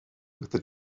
with